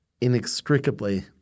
inextricably